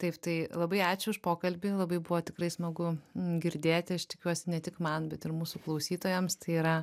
taip tai labai ačiū už pokalbį labai buvo tikrai smagu girdėti aš tikiuosi ne tik man bet ir mūsų klausytojams tai yra